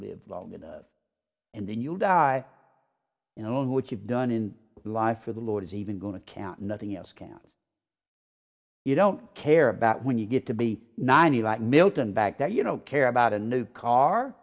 live long enough and then you'll die you know what you've done in life for the lord is even going to count nothing else can you don't care about when you get to be ninety like milton back that you know care about a new car